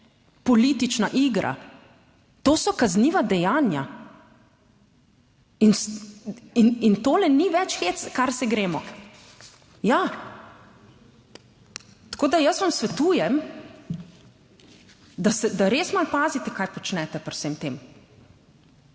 politična igra. To so kazniva dejanja. In tole ni več hec, kar se gremo. Ja. Tako da jaz vam svetujem, da res malo pazite kaj počnete pri vsem tem.